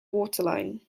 waterline